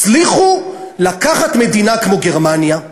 הצליחו לקחת מדינה כמו גרמניה,